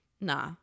Nah